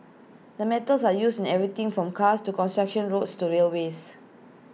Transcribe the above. the metals are used in everything from cars to construction roads to railways